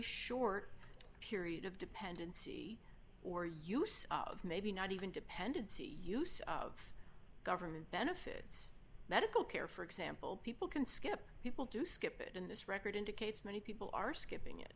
short period of dependency or use of maybe not even dependency use of government benefits medical care for example people can skip people do skip it in this record indicates many people are skipping it